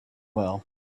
well